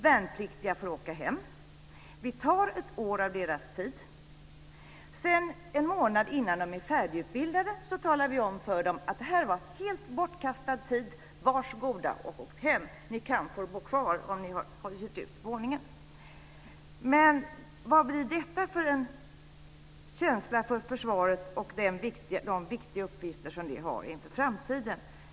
Värnpliktiga får åka hem. Vi tar ett år av deras tid. En månad innan de är färdigutbildade så talar vi om för dem att detta var helt bortkastad tid och säger: Varsågoda att åka hem. Ni kan få bo kvar om ni har hyrt ut våningen. Men vad skapar detta för känsla för försvaret och de viktiga uppgifter som det har inför framtiden?